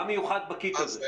מה מיוחד בקיט הזה?